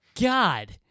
God